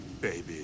Baby